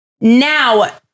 Now